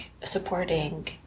supporting